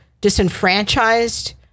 disenfranchised